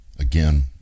again